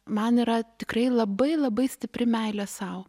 man yra tikrai labai labai stipri meilė sau